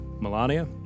Melania